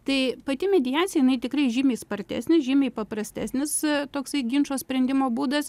tai pati mediacija jinai tikrai žymiai spartesnė žymiai paprastesnis toksai ginčo sprendimo būdas